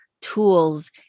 tools